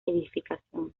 edificación